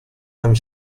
نمی